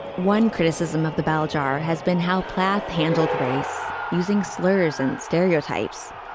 one criticism of the bell jar has been how plath handled race using slurs and stereotypes.